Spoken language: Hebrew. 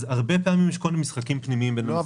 אז הרבה פעמים יש כל מיני משחקים פנימיים --- לא,